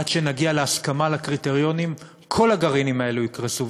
עד שנגיע להסכמה על הקריטריונים כל הגרעינים האלה יקרסו.